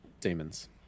demons